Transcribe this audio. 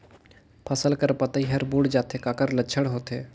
फसल कर पतइ हर मुड़ जाथे काकर लक्षण होथे?